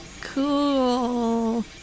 Cool